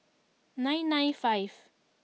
nine nine five